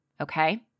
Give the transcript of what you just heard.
Okay